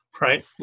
Right